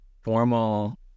formal